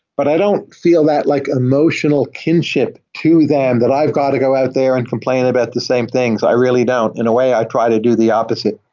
but i don't feel that like emotional kinship to them that i've got to go out there and complain about the same things. i really doubt. in a way, i try to do the opposite.